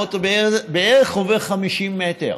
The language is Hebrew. האוטו עובר בערך 50 מטר.